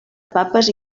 papes